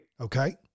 Okay